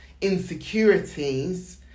insecurities